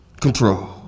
control